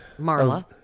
Marla